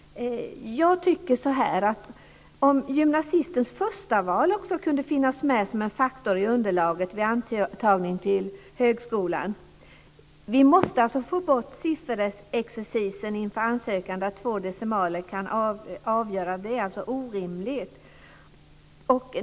Jag tycker att gymnasistens förstaval också ska finnas med som en faktor i underlaget vid antagning till högskolan. Vi måste få bort sifferexercisen inför ansökan, där två decimaler kan avgöra. Det är orimligt.